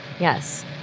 yes